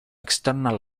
external